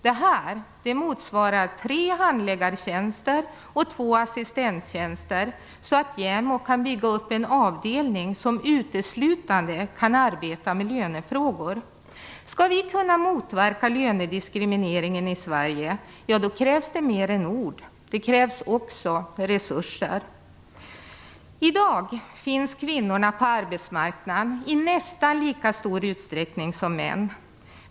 Det motsvarar tre handläggartjänster och två assistenttjänster. Då kan JämO bygga upp en avdelning som uteslutande kan arbeta med lönefrågor. Om vi skall kunna motverka lönediskrimineringen i Sverige krävs mer än ord. Det krävs också resurser. I dag finns kvinnorna på arbetsmarknaden i nästan lika stor utsträckning som männen.